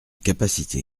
capacité